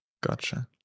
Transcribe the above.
Gotcha